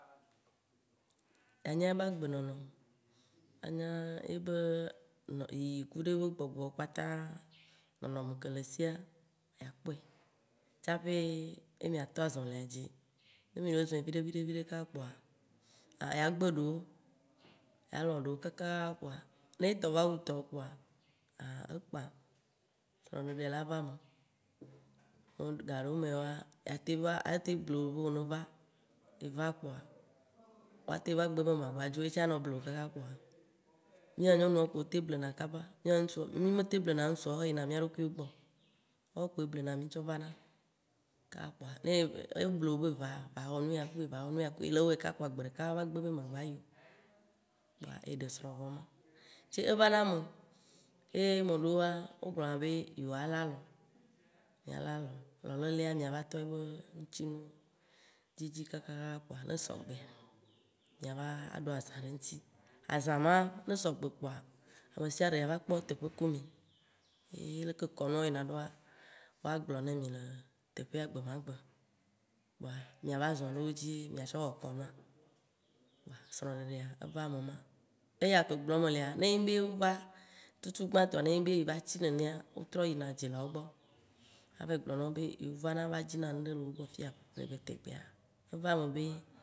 Yea nya yebe agbenɔnɔ, anya ye be yiyi kudo ebe gbɔgbɔ kpata, nɔnɔme ke le esia y kpɔe tsaƒe atɔ azɔ̃lia dzi, ne mì le zɔ̃e viɖe viɖe viɖe kakaaa kpoa, ya gbe ɖewo, ya lɔ̃ ɖewo kaka kpoa, ne etɔ va wu tɔwò kpoa ekpã, srɔ̃ɖeɖea la va eme. Gaɖewomewoa, ya te va, ateŋ ble wò be wò ne va, ye va kpoa, woateŋ va gbe be magbadzo o. Ye tsã anɔ ble wò kaka kpoa, mìa nyɔnuwo kpo wo teŋ blena kaba, mì me teŋ blena ŋsuawo yina mìa ɖokuiwo gbɔ. Woawo kpoe blena mì, kaaa kpoa, eble wò be va, va wɔ nu ya ku ye, va wɔ nu ya ku ye. Le wɔm kakaaa kpoa gbeɖeka ava gbe be magba yi o, kpoa eɖesrɔ̃ vɔ yema. Ce evana me, be meɖewoa wo gblɔna be yewo alalɔ, alɔlelea, mìava tɔ ye be ŋtinuwo dzidzi kakaaa kpoa ne sɔ gbea miava va aɖo azã ɖe eŋti. Azã ma ne esɔ gbe kpoa, ameɖesiaɖe ava kpɔ eteƒe ku mi. Ye leke kɔnuwo yina ɖoa, woagblɔ na mi le teƒea gbe ma gbe, kpoa mìava zɔ̃ ɖe wo dzi ye mia tsɔ wɔ kɔnua. Kpoa srɔ̃ɖeɖea eva me ma. Eya ke gblɔm me lea, ne nyi be wo va, tutugbãtɔ ne eva tsi nenea, wo trɔ yina dzilawo gbɔ, ava yi gblɔ nɔ wobe, ye vana va dzina ŋɖe le wogbɔ fiya tegbe tegbea, eva eme be